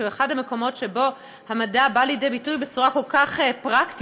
שהוא אחד המקומות שבהם המדע בא לידי ביטוי בצורה כל כך פרקטית,